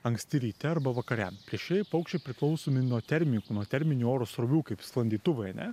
anksti ryte arba vakare plėšrieji paukščiai priklausomi nuo termikų nuo terminių oro srovių kaip sklandytuvai ane